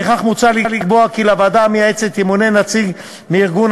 לפיכך מוצע לקבוע כי לוועדה המייעצת ימונה נציג מארגון